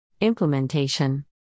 Implementation